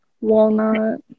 walnut